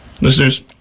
Listeners